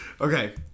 okay